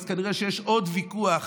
אז כנראה שיש עוד ויכוח